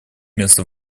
места